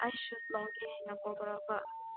ꯑꯩ ꯁꯨꯁ ꯂꯧꯒꯦ ꯍꯥꯏꯅ ꯀꯣꯜ ꯇꯧꯔꯛꯄ